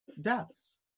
deaths